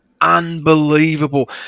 unbelievable